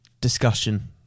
discussion